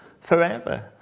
forever